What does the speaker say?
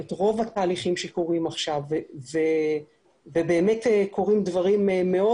את רוב התהליכים שקורים עכשיו ובאמת קורים דברים מאוד